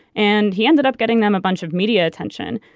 and he ended up getting them a bunch of media attention.